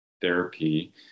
therapy